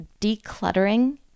decluttering